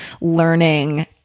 learning